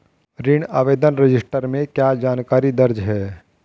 ऋण आवेदन रजिस्टर में क्या जानकारी दर्ज है?